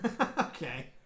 okay